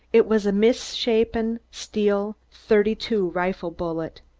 it was a misshapen, steel, thirty two rifle bullet.